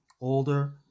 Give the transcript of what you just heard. older